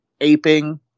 aping